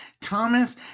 Thomas